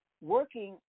working